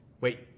Wait